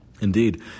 Indeed